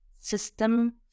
system